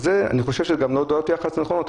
אני חושב שאלה גם לא הודעות יח"צ נכונות,